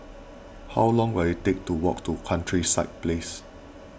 how long will it take to walk to Countryside Place